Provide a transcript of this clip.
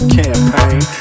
campaign